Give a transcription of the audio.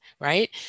right